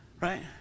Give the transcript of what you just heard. right